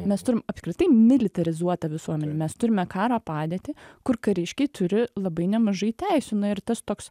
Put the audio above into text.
mes turim apskritai militarizuotą visuomenę mes turime karo padėtį kur kariškiai turi labai nemažai teisių nu ir tas toks